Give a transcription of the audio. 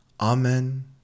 Amen